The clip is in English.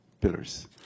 pillars